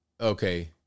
Okay